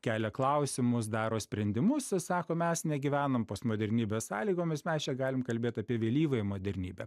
kelia klausimus daro sprendimus jis sako mes negyvenam postmodernybės sąlygomis mes čia galim kalbėt apie vėlyvąją modernybę